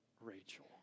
Rachel